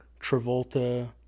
Travolta